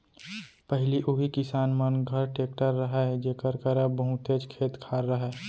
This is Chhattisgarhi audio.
पहिली उही किसान मन घर टेक्टर रहय जेकर करा बहुतेच खेत खार रहय